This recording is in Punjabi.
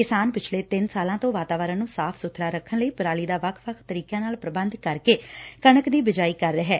ਕਿਸਾਨ ਪਿਛਲੇ ਤਿੰਨ ਸਾਲਾਂ ਤੋਂ ਵਾਤਾਵਰਨ ਨੂੰ ਸਾਫ਼ ਸੁਬਰਾ ਰੱਖਣ ਲਈ ਪਰਾਲੀ ਦਾ ਵੱਖ ਵੱਖ ਤਰੀਕਿਆਂ ਨਾਲ ਪ੍ਰਬੰਧ ਕਰਕੇ ਕਣਕ ਦੀ ਬਿਜਾਈ ਕਰ ਰਿਹੈ